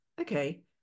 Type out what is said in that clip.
okay